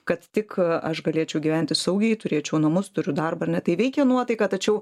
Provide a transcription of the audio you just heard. kad tik aš galėčiau gyventi saugiai turėčiau namus turiu darbą ar ne tai veikia nuotaiką tačiau